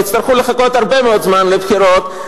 ותצטרכו לחכות הרבה מאוד זמן לְבחירות,